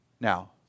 Now